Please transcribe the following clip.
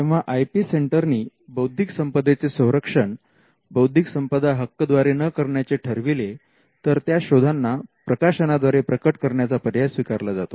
तेव्हा I P centre नी बौद्धिक संपदेचे संरक्षण बौद्धिक संपदा हक्क द्वारे न करण्याचे ठरविले तर त्या शोधांना प्रकाशनाद्वारे प्रकट करण्याचा पर्याय स्वीकारला जातो